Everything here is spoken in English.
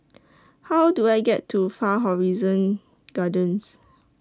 How Do I get to Far Horizon Gardens